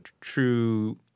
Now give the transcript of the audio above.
true